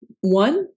One